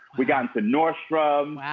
we got nordstrom.